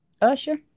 Usher